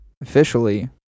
officially